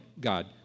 God